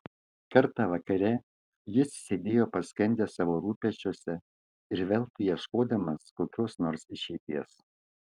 kartą vakare jis sėdėjo paskendęs savo rūpesčiuose ir veltui ieškodamas kokios nors išeities